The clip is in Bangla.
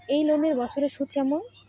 এই লোনের বছরে সুদ কেমন?